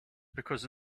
because